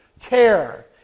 care